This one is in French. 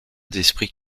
d’esprit